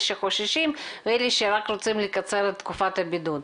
שחוששים ואלה שרק רוצים לקצר את תקופת הבידוד.